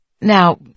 Now